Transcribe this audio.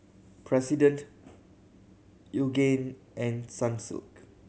President Yoogane and Sunsilk